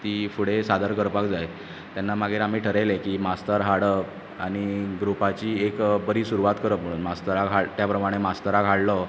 ती फुडें सादर करपाक जाय तेन्ना मागीर आमी थारयलें की मास्तर हाडप आनी ग्रुपाची एक बरी सुरवात करप म्हुणून मास्तराक हाड त्या प्रमाणे मास्तराक हाडलो